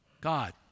God